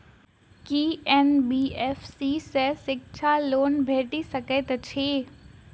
की NBFC सँ शिक्षा loan भेटि सकैत अछि?